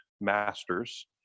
masters